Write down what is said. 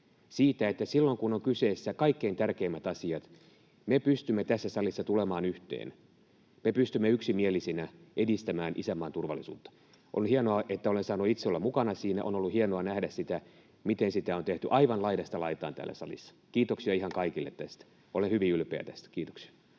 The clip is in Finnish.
siitä, että silloin kun kyseessä ovat kaikkein tärkeimmät asiat, me pystymme tässä salissa tulemaan yhteen, me pystymme yksimielisinä edistämään isänmaan turvallisuutta. On hienoa, että olen saanut itse olla mukana siinä. On ollut hienoa nähdä sitä, miten sitä on tehty aivan laidasta laitaan täällä salissa. Kiitoksia ihan kaikille tästä. Olen hyvin ylpeä tästä. — Kiitoksia.